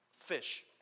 fish